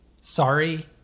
sorry